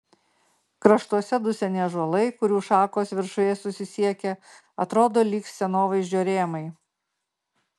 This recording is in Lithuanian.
kraštuose du seni ąžuolai kurių šakos viršuje susisiekia atrodo lyg scenovaizdžio rėmai